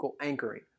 anchoring